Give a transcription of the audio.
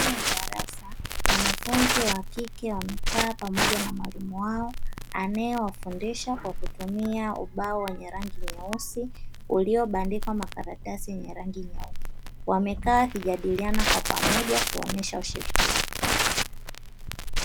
Ndani ya darasa, wanafunzi wa kike wamekaa pamoja na mwalimu wao, anayewafundisha kwa kutumia ubao wenye rangi nyeusi uliobandikwa makaratasi yenye rangi nyeupe. Wamekaa kujadiliana kwa pamoja wakionyesha ushirikiano.